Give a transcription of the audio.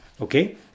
okay